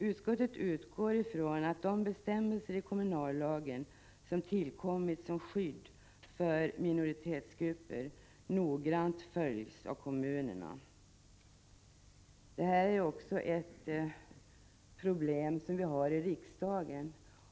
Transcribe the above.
Utskottet utgår ifrån att bestämmelser i kommunallagen som tillkommit som skydd för minoritetsgrupper noggrant följs av kommunerna. Det här är också ett problem som vi har i riksdagen.